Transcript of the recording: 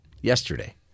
yesterday